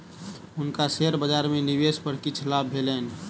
हुनका शेयर बजार में निवेश पर किछ लाभ भेलैन